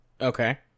Okay